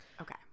Okay